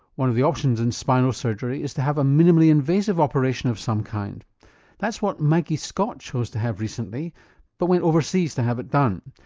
one of the options in spinal surgery is to have a minimally invasive operation of some kind. and that's what maggie scott chose to have recently but went overseas to have it done.